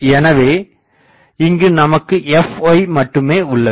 எனவே இங்கு நமக்கு Fy மட்டுமே உள்ளது